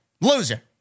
Loser